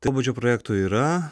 pobūdžio projektų yra